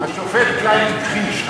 השופט קליין הכחיש.